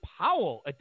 Powell